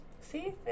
See